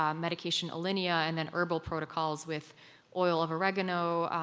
um medication alinia and then herbal protocols with oil of oregano,